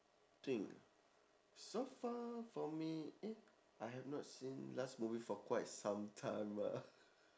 think so far for me eh I have not seen last movie for quite some time ah